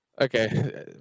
Okay